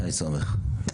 שי סומך.